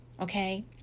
Okay